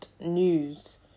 News